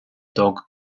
dog